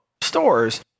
stores